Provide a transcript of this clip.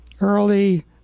early